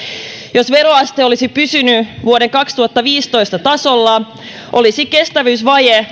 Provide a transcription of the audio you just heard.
jos veroaste olisi pysynyt vuoden kaksituhattaviisitoista tasolla olisi kestävyysvaje